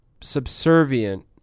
subservient